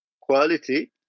Quality